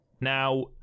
now